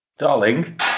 Darling